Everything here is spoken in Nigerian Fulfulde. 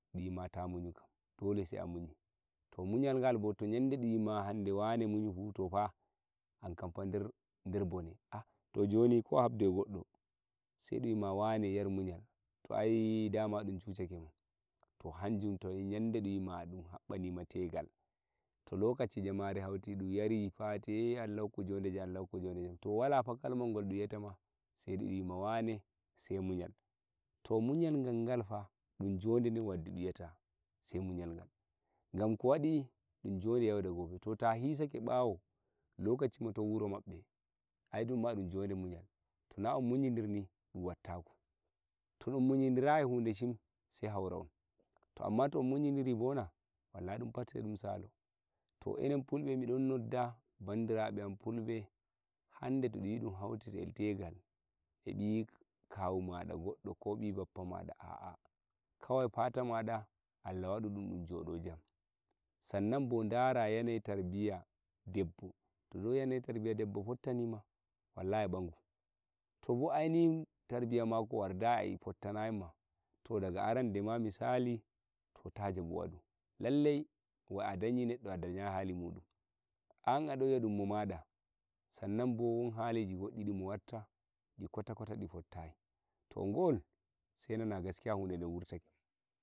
ndi wima ta munyu kam dole sei a munyi to munyal gal bo to yande dun wima hande wane munyu to fa an kam fa nder nder boneto ah to joni ko a habdu e goddo sei dum wima wane yar munyal to ai dama dum cucake ma to hanjum to wi yande dum wi dum habba ni ma tegal to lokaci jamare hauti dum yari fatiha ehh Allah hokku njode jam Allah hokku njode to wala fa kalmawol ngol dum wi'a ta ma sei dei dum wima wane sei munyal to munyal ngangal fa dum njode den waddi dum wi'a ta ma sei munyal ngal ngam ko wadi dum njode yau da gobe to ta hisake bawo lokaci moton wuro mabbe ai don ma dum njode munyal to na on munyidir ni dum wattako to dum munyidirayi hunde shim sei haura on to amma to on munyidiri bo na wallahi dum pat sei dum salo to enen fulbe mi don nodda nbandirabe am fulbe hande to dum wi dum hautete e tegal e bi kawu mada goddo ko bi bappa mada a'a kawai fata mada Allah wadu dum dun njodo jam san nan bo ndara yanayi tarbiya debbo to dou yanayi tarbiya debbo fottani ma wallahi nbagu to bo ainihin tarbiya mako wardayi ai fottanayi ma to daga arande ma misali to ta jabu wadu lallai wai a ndayi neddo a ndayayi hali mudum an adon yi'a dum mo mada san nan bo won haliji goddi di mo watta di kwata kwata di fottayi to ngo'ol sei nana gaskiya e ngol wurtake ma